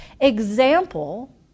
example